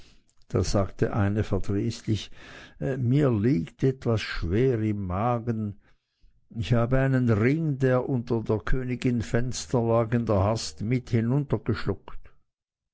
da sagte eine verdrießlich mir liegt etwas schwer im magen ich habe einen ring der unter der königin fenster lag in der hast mit